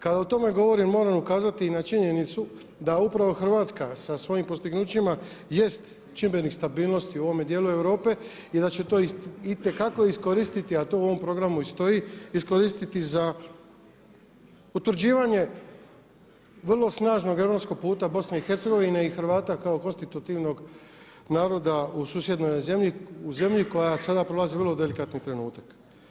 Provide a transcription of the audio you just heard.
Kada o tome govorim moram ukazati i na činjenicu da upravo Hrvatska sa svojim postignućima jest čimbenik stabilnosti u ovome dijelu Europe i da će to itekako iskoristiti, a to u ovom programu i stoji, iskoristiti za utvrđivanje vrlo snažnog europskog puta BiH i Hrvata kao konstitutivnog naroda u susjednoj zemlji u zemlji koja sada prolazi vrlo delikatan trenutak.